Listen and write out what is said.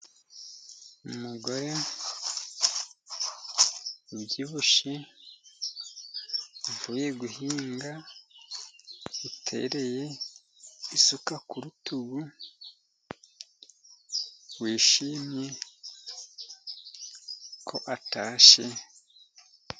Umugore ubyibushye uvuye guhinga utereye isuka ku rutugu wishimye ko atashye.